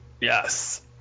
Yes